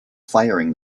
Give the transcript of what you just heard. firing